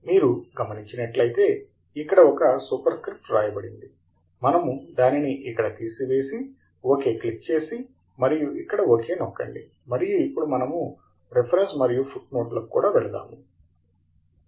మీరు గమనించినట్లయితే ఇక్కడ ఒక సూపర్ స్క్రిప్ట్ వ్రాయబడింది మనము దానిని ఇక్కడ తీసివేసి ఓకే క్లిక్ చేసి మరియు ఇక్కడ ఓకే నొక్కండి మరియు ఇప్పడు మనము రిఫరెన్సెస్ మరియు ఫుట్ నోట్లకు కూడా వెళ్దాము